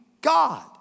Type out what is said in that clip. God